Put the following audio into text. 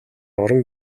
орон